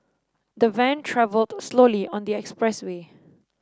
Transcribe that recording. the van travelled slowly on their expressway